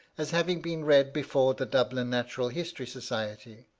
as having been read before the dublin natural history society,